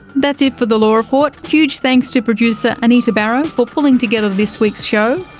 that's it for the law report. huge thanks to producer anita barraud for pulling together this week's show.